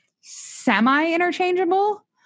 semi-interchangeable